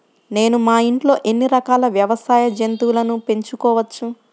నేను మా ఇంట్లో ఎన్ని రకాల వ్యవసాయ జంతువులను పెంచుకోవచ్చు?